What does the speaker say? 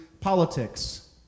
politics